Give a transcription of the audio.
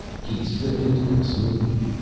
he slipped into them smoothly,